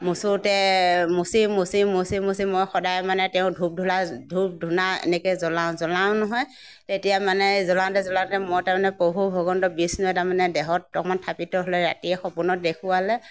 মোচোঁতে মোচি মোচি মোচি মোচি মই সদায় মানে তেওঁ ধূপ ধূলা ধূপ ধূনা এনেকৈ জলাওঁ জলাওঁ নহয় তেতিয়া মানে জলাওঁতে জলাওঁতে মই তাৰমানে প্ৰভু ভগৱন্তই বিষ্ণুৱে তাৰমানে দেহত অকণমান থাপিত হ'লে ৰাতিয়ে সপোনত দেখুৱালে